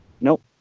Nope